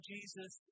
Jesus